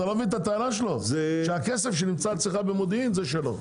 הטענה שלו שהכסף שאצלך במודיעין זה שלו.